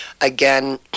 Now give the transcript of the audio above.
Again